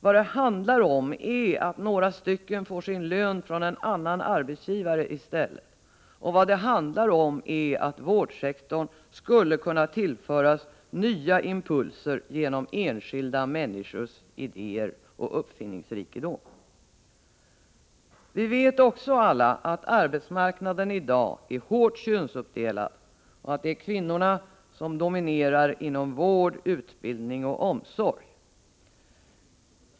Vad det handlar om är att några får sin lön från en annan arbetsgivare i stället och om att vårdsektorn skulle kunna tillföras nya impulser genom enskilda människors idéer och uppfinningsrikedom. Vi vet också alla att arbetsmarknaden i dag är hårt könsuppdelad och att det är kvinnorna som dominerar inom vård, utbildning och omsorg.